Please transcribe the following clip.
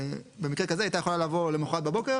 במקרה כזה הייתה יכולה לבוא למוחרת בבוקר,